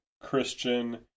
Christian